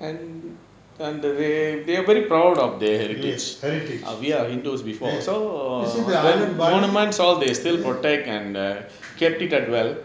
yes heritage you see the island bali